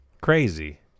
Crazy